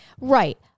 right